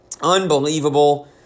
unbelievable